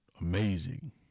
Amazing